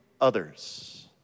others